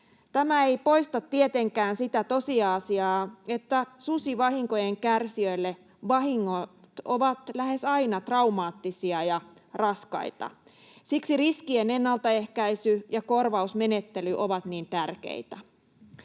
Tämä ei poista tietenkään sitä tosiasiaa, että susivahinkojen kärsijöille vahingot ovat lähes aina traumaattisia ja raskaita. Siksi riskien ennaltaehkäisy ja korvausmenettely ovat niin tärkeitä.